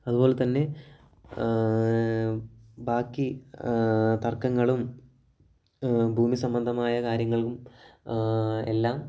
അതുപോലെത്തന്നെ ബാക്കി തർക്കങ്ങളും ഭൂമി സംബന്ധമായ കാര്യങ്ങളും എല്ലാം